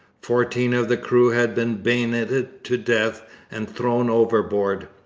fourteen of the crew had been bayoneted to death and thrown overboard.